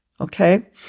okay